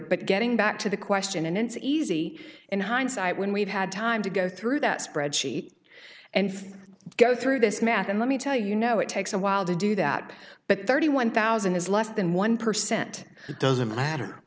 but getting back to the question and it's easy in hindsight when we've had time to go through that spreadsheet and go through this math and let me tell you you know it takes a while to do that but thirty one thousand is less than one percent it doesn't matter